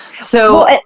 So-